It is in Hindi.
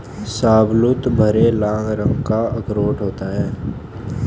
शाहबलूत भूरे लाल रंग का अखरोट होता है